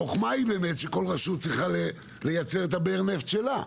החוכמה היא שכל רשות צריכה לייצר את באר הנפט שלה,